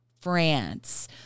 France